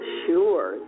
sure